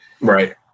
right